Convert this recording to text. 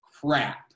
crap